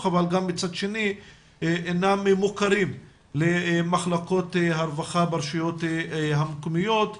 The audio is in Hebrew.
אבל גם מצד שני אינם מוכרים למחלקות הרווחה ברשויות המקומיות,